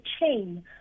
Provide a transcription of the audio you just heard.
chain